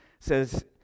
says